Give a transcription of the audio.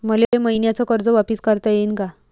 मले मईन्याचं कर्ज वापिस करता येईन का?